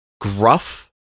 Gruff